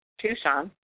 Tucson